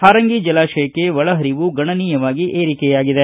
ಹಾರಂಗಿ ಜಲಾಶಯಕ್ಕೆ ಒಳಹರಿವು ಗಣನೀಯವಾಗಿ ಏರಿಕೆಯಾಗಿದೆ